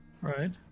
Right